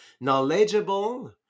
knowledgeable